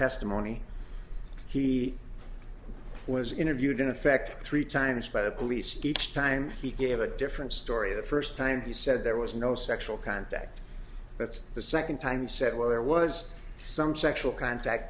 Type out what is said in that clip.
testimony he was interviewed in effect three times by the police each time he gave a different story the first time he said there was no sexual contact that's the second time he said well there was some sexual contact